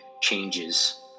changes